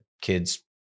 kids